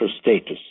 status